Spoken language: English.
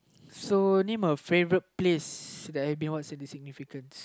so name a favorite place that I've been what is the significance